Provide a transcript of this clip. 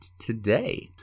today